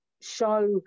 show